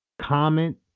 comment